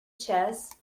chess